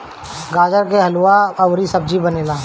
गाजर के हलुआ अउरी सब्जी बनेला